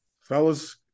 fellas